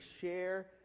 share